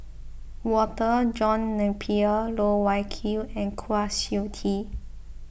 Walter John Napier Loh Wai Kiew and Kwa Siew Tee